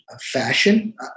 fashion